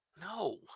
No